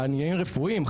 אלא עניים רפואיים,